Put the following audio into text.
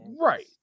right